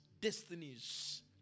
destinies